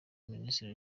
ministri